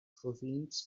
provinz